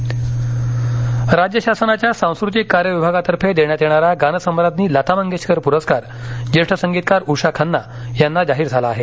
लता मंगेशकर पुरस्कार राज्य शासनाच्या सांस्कृतिक कार्यविभागातर्फे देण्यात येणारा गानसम्राज्ञी लता मंगेशकर पुरस्कार जेष्ठ संगीतकार उषा खन्ना यांना जाहीरझाला आहे